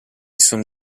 sono